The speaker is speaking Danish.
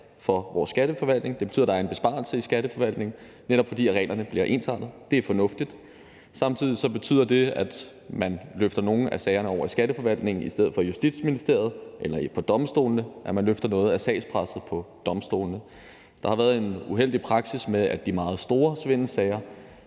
for vores Skatteforvaltning. Det betyder, at der er en besparelse i Skatteforvaltningen, netop fordi reglerne bliver ensartet. Det er fornuftigt. Samtidig betyder det, at man løfter nogle af sagerne over i Skatteforvaltningen i stedet for Justitsministeriet eller hos domstolene, at man løfter noget af sagspresset på domstolene. Der har været en uheldig praksis med, at de meget store svindelsager